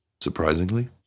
Surprisingly